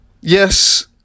yes